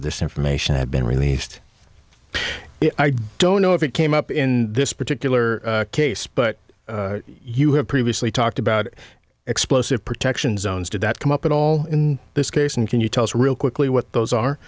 of this information had been released i don't know if it came up in this particular case but you have previously talked about explosive protection zones did that come up at all in this case and can you tell us real quickly what those are